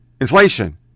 Inflation